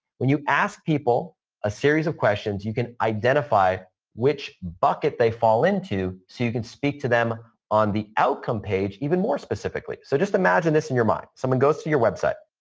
when you ask people a series of questions, you can identify which bucket they fall into so you can speak to them on the outcome page even more specifically. so, just imagine this in your mind. someone goes to your website,